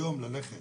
היום ללכת